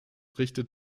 richtet